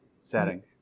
setting